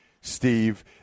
Steve